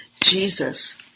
Jesus